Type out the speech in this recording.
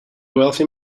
wealthy